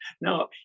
No